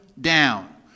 down